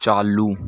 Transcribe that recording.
चालू